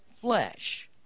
flesh